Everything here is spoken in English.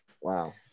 Wow